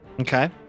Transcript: Okay